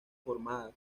formadas